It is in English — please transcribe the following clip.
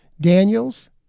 Daniels